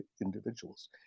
individuals